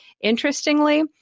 Interestingly